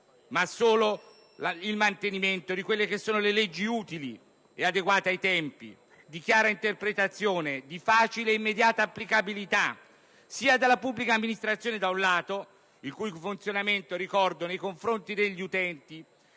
ma il mantenimento delle sole leggi utili e adeguate ai tempi, di chiara interpretazione, di facile e immediata applicabilità, sia da parte della pubblica amministrazione (il cui funzionamento nei confronti degli utenti